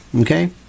Okay